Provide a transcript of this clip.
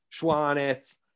Schwanitz